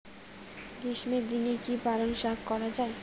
গ্রীষ্মের দিনে কি পালন শাখ করা য়ায়?